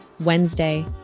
Wednesday